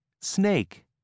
snake